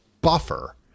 buffer